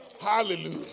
Hallelujah